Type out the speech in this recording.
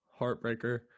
heartbreaker